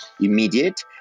immediate